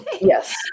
Yes